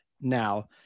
now